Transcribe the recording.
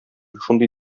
шундый